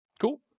Cool